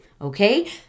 okay